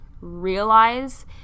realize